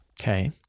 Okay